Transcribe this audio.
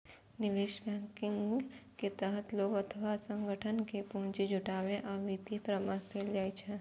निवेश बैंकिंग के तहत लोग अथवा संगठन कें पूंजी जुटाबै आ वित्तीय परामर्श देल जाइ छै